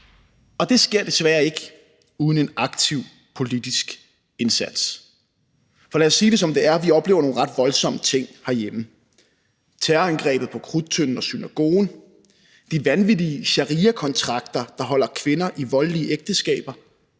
og det sker desværre ikke uden en aktiv politisk indsats. For lad os sige det, som det er. Vi oplever nogle ret voldsomme ting herhjemme: terrorangrebet på Krudttønden og synagogen, de vanvittige shariakontrakter, der holder kvinder i voldelige ægteskaber,